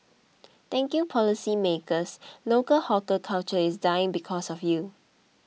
thank you policymakers local hawker culture is dying because of you